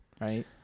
right